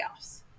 playoffs